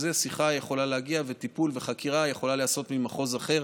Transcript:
השיחה יכולה להגיע והטיפול והחקירה יכולים להיעשות מול מחוז אחר.